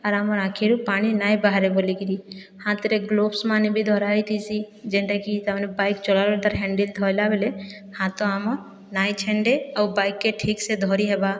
ଆର୍ ଆମର୍ ଆଖିରୁ ପାଣି ନାଇଁ ବାହାରେ ବୋଲିକିରି ହାଥରେ ଗ୍ଳୋଭ୍ସ ମାନେ ବି ଧରା ହେଇଥିସି ଯେନ୍ଟାକି ତାର୍ ମାନେ ବାଇକ୍ ଚଲାବାରେ ତାର୍ ହେଣ୍ଡେଲ ଧଇଲା ବେଲେ ହାଥ ଆମର୍ ନାଇଁ ଛିଣ୍ଡେ ଆଉ ବାଇକ୍କେ ଠିକ୍ସେ ଧରି ହେବା